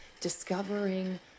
discovering